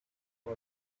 boy